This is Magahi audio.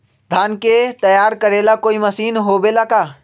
धान के तैयार करेला कोई मशीन होबेला का?